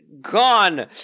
gone